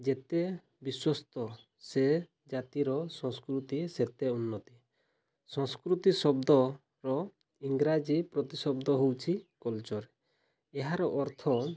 ଯେତେ ବିଶ୍ୱସ୍ତ ସେ ଜାତିର ସଂସ୍କୃତି ସେତେ ଉନ୍ନତି ସଂସ୍କୃତି ଶବ୍ଦର ଇଂରାଜୀ ପ୍ରତିଶବ୍ଦ ହେଉଛି କଲଚର ଏହାର ଅର୍ଥ